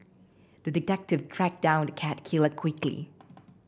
the detective tracked down the cat killer quickly